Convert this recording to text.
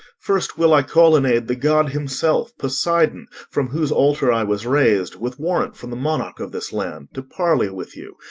first will i call in aid the god himself, poseidon, from whose altar i was raised, with warrant from the monarch of this land, to parley with you,